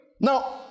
Now